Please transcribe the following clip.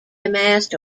amassed